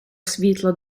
світло